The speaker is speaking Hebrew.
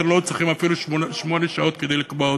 אתם לא צריכים אפילו שמונה שעות כדי לקבוע אותו.